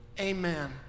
Amen